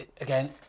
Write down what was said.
again